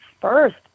first